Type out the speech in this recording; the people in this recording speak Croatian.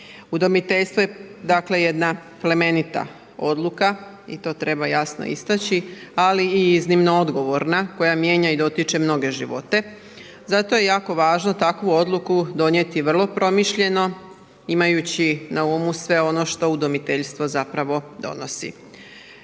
Udomiteljstvo je dakle jedna plemenita odluka i to treba jasno istaći, ali i iznimno odgovorna koja mijenja i dotiče mnoge živote. Zato je jako važno takvu odluku donijeti vrlo promišljeno imajući na umu sve ono što udomiteljstvo zapravo donosi.